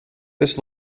this